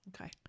okay